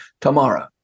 tomorrow